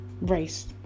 race